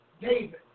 David